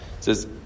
says